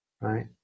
Right